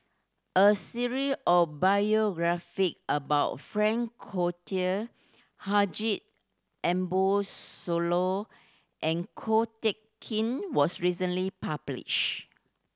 a series of biography about Frank Cloutier Haji Ambo Sooloh and Ko Teck Kin was recently publish